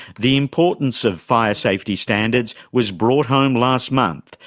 the importance of fire safety standards was brought home last month,